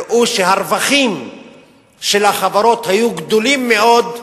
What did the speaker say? הראו שרווחי החברות היו גדולים מאוד,